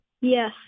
Yes